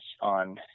on